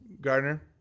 Gardner